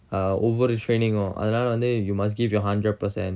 ah ஒவ்வொரு:ovvoru training um அதனால வந்து:athanala vanthu you must give your hundred percent